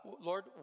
lord